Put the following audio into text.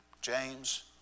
James